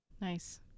Nice